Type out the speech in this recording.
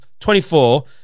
24